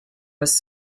was